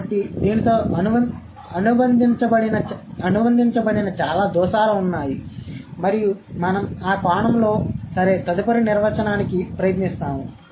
కాబట్టి దీనితో అనుబంధించబడిన చాలా దోషాలు ఉన్నాయి మరియు మనం ఆ కోణంలో సరే తదుపరి నిర్వచనానికి ప్రయత్నిస్తాము